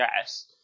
yes